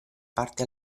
parte